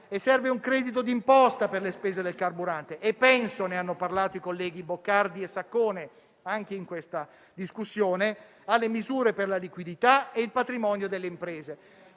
altresì un credito di imposta per le spese del carburante e - ne hanno parlato i colleghi Boccardi e Saccone anche in questa discussione - misure per la liquidità e il patrimonio delle imprese.